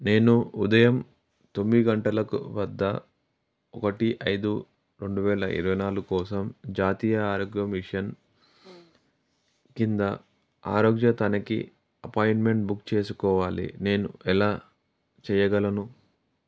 నేను ఉదయం తొమ్మిది గంటలకు వద్ద ఒకటి ఐదు రెండు వేల ఇరవై నాలుగు కోసం జాతీయ ఆరోగ్య మిషన్ కింద ఆరోగ్య తనిఖీ అపాయింట్మెంట్ బుక్ చేసుకోవాలి నేను ఎలా చెయ్యగలను